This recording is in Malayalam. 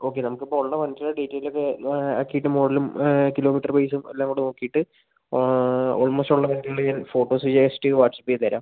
ഓക്കെ നമുക്ക് ഇപ്പോൾ ഉള്ള വണ്ടീടെ ഡീറ്റെയിലൊക്കെ ആക്കീട്ട് മോഡലും കിലോമീറ്റർ വൈസും എല്ലാം കൂടെ നോക്കീട്ട് ആ ഓൾമോസ്റ്റ് ഉള്ള വണ്ടികൾ ഞാൻ ഫോട്ടോസ് വിചാരിച്ചിട്ട് വാട്ട്സ്ആപ്പ് ചെയ്തുതരാം